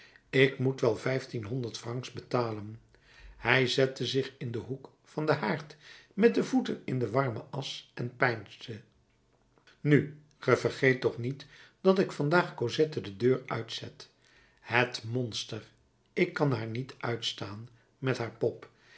ik moet wel vijftienhonderd francs betalen hij zette zich in den hoek van den haard met de voeten in de warme asch en peinsde nu ge vergeet toch niet dat ik vandaag cosette de deur uitzet het monster ik kan haar niet uitstaan met haar pop